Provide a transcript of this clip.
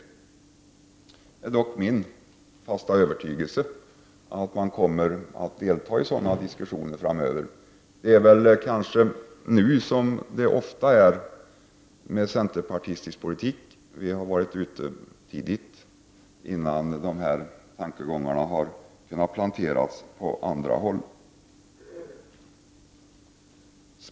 Det är dock min fasta övertygelse att man kommer att delta i sådana diskussioner framöver. Det är kanske som det brukar vara med centerpartistisk politik: Vi har varit ute tidigt innan dessa tankegångar hunnit planteras på andra häll.